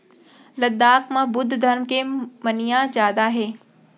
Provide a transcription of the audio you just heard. लद्दाख म बुद्ध धरम के मनइया जादा हे